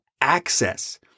access